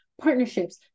partnerships